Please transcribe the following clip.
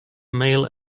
male